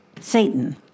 Satan